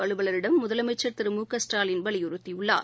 அலுவலரிடம் முதலமைச்சர் திரு மு க ஸ்டாலின் வலியுறுத்தியுள்ளார்